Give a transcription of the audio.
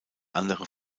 andere